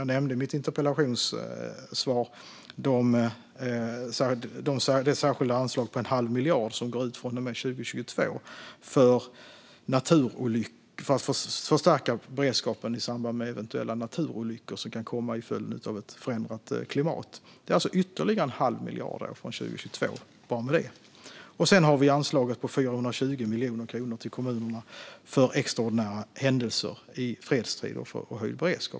Jag nämnde i mitt interpellationssvar det särskilda anslag på en halv miljard som utgår från och med 2022 för att förstärka beredskapen i samband med eventuella naturolyckor som kan komma till följd av ett förändrat klimat. Det är alltså ytterligare en halv miljard från 2022. Sedan har vi anslaget på 420 miljoner kronor till kommunerna för extraordinära händelser i fredstid och för höjd beredskap.